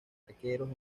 arqueros